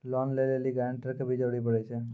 Loan लै लेली guarantor के भी जरूरी पड़ै छै?